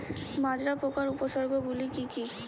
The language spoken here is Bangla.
মাজরা পোকার উপসর্গগুলি কি কি?